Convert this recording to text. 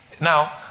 Now